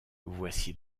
voici